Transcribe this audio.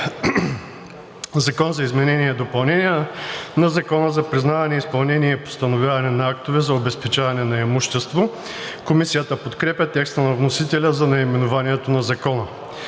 „Закон за изменение и допълнение на Закона за признаване, изпълнение и постановяване на актове за обезпечаване на имущество“.“ Комисията подкрепя текста на вносителя за наименованието на Закона.